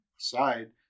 aside